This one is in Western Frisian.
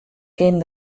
kin